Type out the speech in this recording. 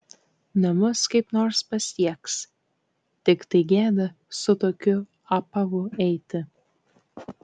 namus kaip nors pasieks tiktai gėda su tokiu apavu eiti